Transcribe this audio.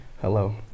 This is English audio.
Hello